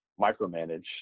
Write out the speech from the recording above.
micromanage